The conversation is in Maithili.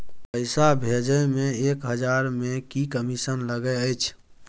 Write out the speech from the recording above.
पैसा भैजे मे एक हजार मे की कमिसन लगे अएछ?